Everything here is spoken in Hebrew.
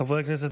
חברי הכנסת,